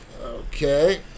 okay